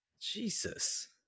Jesus